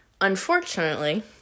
unfortunately